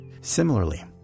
Similarly